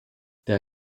der